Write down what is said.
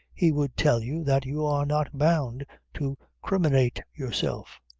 he would tell you, that you are not bound to criminate yourself.